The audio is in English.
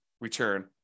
return